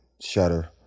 shudder